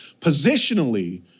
Positionally